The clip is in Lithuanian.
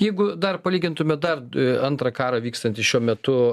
jeigu dar palygintume dar du antrą karą vykstantį šiuo metu